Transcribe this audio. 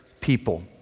people